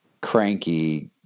Cranky